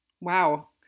Wow